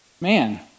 man